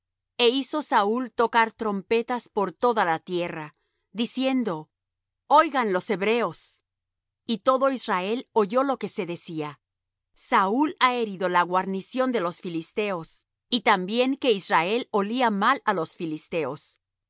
e hizo saúl tocar trompetas por toda la tierra diciendo oigan los hebreos y todo israel oyó lo que se decía saúl ha herido la guarnición de los filisteos y también que israel olía mal á los filisteos